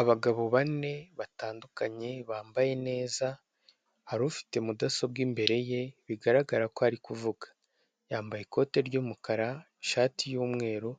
Abagabo bane batandukanye bambaye neza. hari ufite mudasobwa, imbere ye bigaragara ko ari kuvuga. Yambaye ikote ry'umukara ishat y'umweru